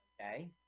okay